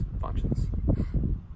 functions